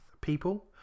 people